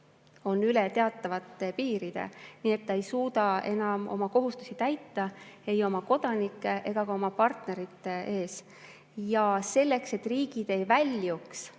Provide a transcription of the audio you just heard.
on üle teatavate piiride, nii et riik ei suuda enam oma kohustusi täita ei oma kodanike ega ka oma partnerite ees. Selleks, et riigid ei [liiguks]